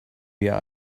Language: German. wir